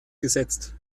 gesetzt